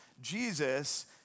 Jesus